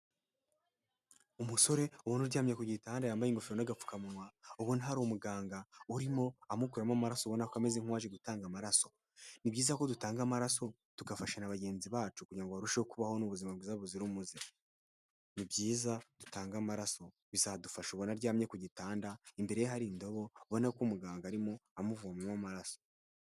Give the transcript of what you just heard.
Umusore ubona uryamye ku gitanda yambaye ingofero n'agapfukamumwa, ubona hari umuganga urimo amukuramo amarasobona, ubona ko ameze nk'uwaje gutanga amaraso. Ni byiza ko dutanga amaraso, tugafasha na bagenzi bacu kugira ngo barusheho no kubaho n'ubuzima bwiza buzira umuze. Ni byiza dutange amaraso, bizadufasha. Ubona aryamye ku gitanda, imbere ye hari indobo, ubona ko umuganga arimo amuvomamo amaraso.